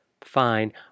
fine